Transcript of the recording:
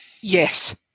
Yes